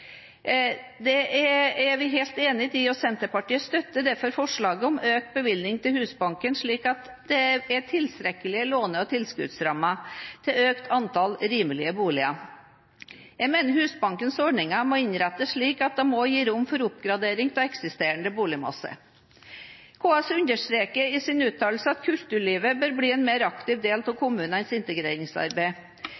Det er vi helt enig i, og Senterpartiet støtter derfor forslaget om å øke bevilgningene til Husbanken slik at det er tilstrekkelige låne- og tilskuddsrammer til å øke antallet rimelige boliger. Jeg mener Husbankens ordninger må innrettes slik at de må gi rom for oppgradering av eksisterende boligmasse. KS understreker i sin uttalelse at kulturlivet bør bli en mer aktiv del av